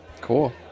Cool